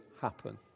happen